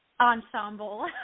ensemble